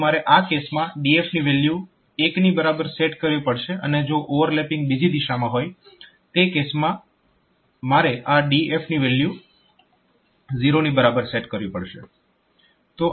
તો મારે આ કેસમાં DF ની વેલ્યુ 1 ની બરાબર સેટ કરવી પડશે અને જો ઓવરલેપીંગ બીજી દિશામાં હોય તે કેસમાં મારે આ DF ની વેલ્યુ 0 ની બરાબર સેટ કરવી પડશે